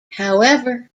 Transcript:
however